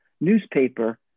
newspaper